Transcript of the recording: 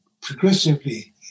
progressively